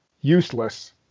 useless